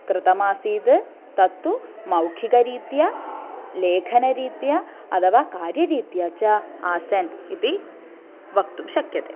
कृतमासीत् तत्तु मौखिकरीत्या लेखनरीत्या अथवा कार्यरीत्या च आसन् इति वक्तुं शक्यते